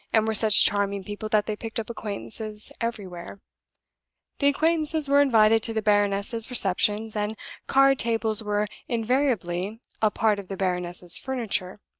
and were such charming people that they picked up acquaintances everywhere the acquaintances were invited to the baroness's receptions, and card-tables were invariably a part of the baroness's furniture.